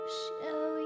show